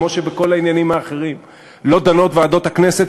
כמו שבכל העניינים האחרים לא דנות ועדות הכנסת,